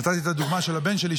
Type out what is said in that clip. נתתי את הדוגמה של הבן שלי,